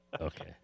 Okay